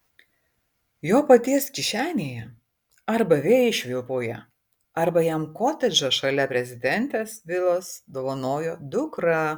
jo paties kišenėje arba vėjai švilpauja arba jam kotedžą šalia prezidentės vilos dovanojo dukra